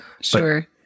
sure